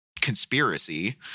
conspiracy